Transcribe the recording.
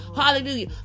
hallelujah